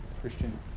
Christian